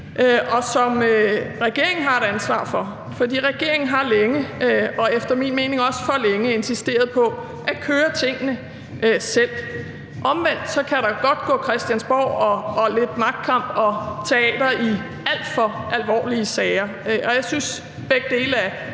og som regeringen har et ansvar for, fordi regeringen længe og efter min mening også for længe har insisteret på at køre tingene selv. Omvendt kan der godt gå Christiansborg og lidt magtkamp og teater i alt for alvorlige sager, og jeg synes, begge dele er